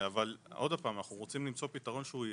אבל אנחנו רוצים למצוא פתרון ישים.